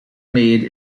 made